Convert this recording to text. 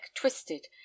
twisted